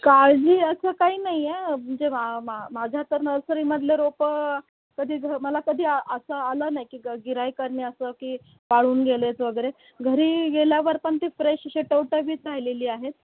काळजी असं काही नाही आहे म्हणजे मा मा माझ्या तर नर्सरीमधले रोपं कधी घ मला कधी असं आलं नाही की ग गिऱ्हाईकानी असं की वाळून गेलेत वगैरे घरी गेल्यावर पण ते फ्रेश असे टवटवीत राहिलेली आहेत